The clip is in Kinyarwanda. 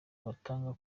batanga